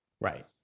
Right